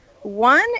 One